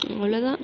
அவ்வளோதான்